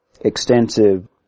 extensive